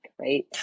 right